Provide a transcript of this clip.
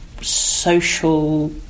social